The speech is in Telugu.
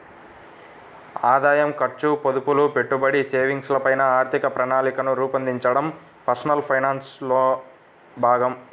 ఆదాయం, ఖర్చు, పొదుపులు, పెట్టుబడి, సేవింగ్స్ ల పైన ఆర్థిక ప్రణాళికను రూపొందించడం పర్సనల్ ఫైనాన్స్ లో భాగం